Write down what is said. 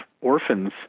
orphans